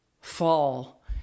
fall